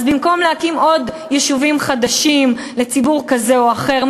אז במקום להקים עוד יישובים חדשים לציבור כזה או אחר,